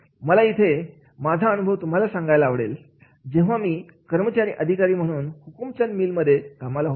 मला इथे माझा अनुभव तुम्हाला सांगायला आवडेल जेव्हा मी कर्मचारी अधिकारी म्हणून हुकुमचंद मिल मध्ये कामाला होतो